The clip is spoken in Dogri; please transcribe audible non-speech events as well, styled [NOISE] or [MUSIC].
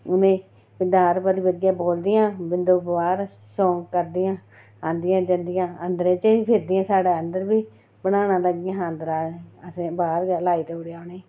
डार भरी भरियै बोलदियां [UNINTELLIGIBLE] करदियां औंदियां जंदियां अंदरे च बी फिरदियां साढ़े अंदरै च बी बनाना लगियां हियां अंदरा असें बाहर गै लाई देई ओड़ेआ उ'नेंगी